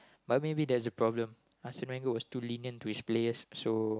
but maybe that's the problem Arsene-Wenger was too lenient to his players so